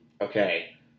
Okay